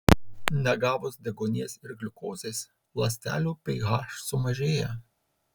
negavus deguonies ir gliukozės ląstelių ph sumažėja